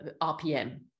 RPM